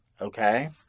Okay